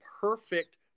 perfect